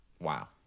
wow